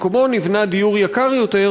במקומם נבנה דיור יקר יותר,